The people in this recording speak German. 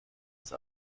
ist